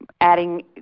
adding